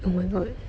oh my god